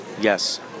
Yes